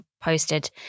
posted